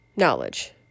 knowledge